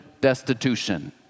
destitution